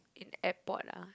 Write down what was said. in Airport ah